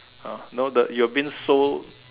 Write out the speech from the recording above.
ah no doubt you've been so